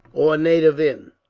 or native inn,